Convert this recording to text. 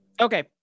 Okay